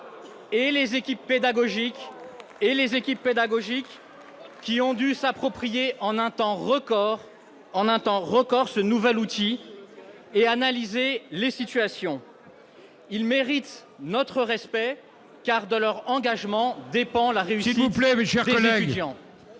que les équipes pédagogiques, qui ont dû s'approprier en un temps record ce nouvel outil et analyser les situations. Elles méritent notre respect, car de leur engagement dépend la réussite des étudiants.